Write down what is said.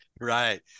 Right